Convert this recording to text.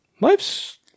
Life's